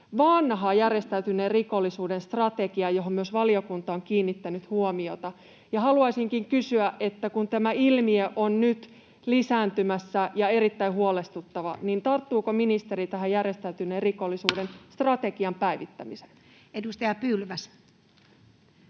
vanha järjestäytyneen rikollisuuden strategia, mihin myös valiokunta on kiinnittänyt huomiota. Haluaisinkin kysyä: kun tämä ilmiö on nyt lisääntymässä ja erittäin huolestuttava, niin tarttuuko ministeri tähän järjestäytyneen rikollisuuden strategian